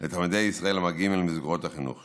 לתלמידי ישראל המגיעים אל מסגרות החינוך.